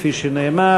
כפי שנאמר,